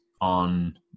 on